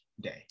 day